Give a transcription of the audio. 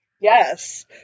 Yes